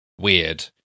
weird